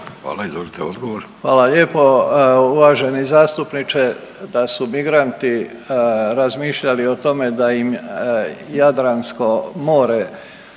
Davor (HDZ)** Hvala lijepo. Uvaženi zastupniče, da su migranti razmišljali o tome da im Jadransko more